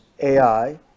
AI